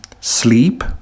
sleep